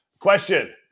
Question